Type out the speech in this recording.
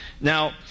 Now